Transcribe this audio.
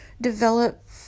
develop